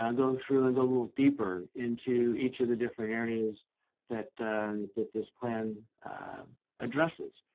and go and through and go a little deeper into each of the different areas that that this plan addresses.